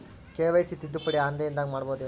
KYC ತಿದ್ದುಪಡಿ ಆನ್ಲೈನದಾಗ್ ಮಾಡ್ಬಹುದೇನು?